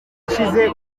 ushize